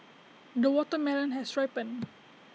the watermelon has ripened